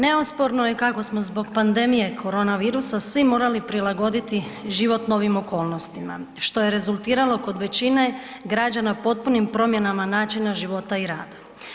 Neosporno je kako smo zbog pandemije korona virusa svi morali prilagoditi život novim okolnostima, što je rezultiralo kod većine građana potpunim promjenama načina života i rada.